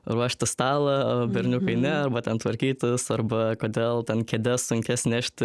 ruošti stalą berniukai ne arba ten tvarkytis arba kodėl ten kėdes sunkias nešti